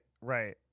right